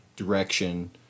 direction